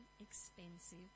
expensive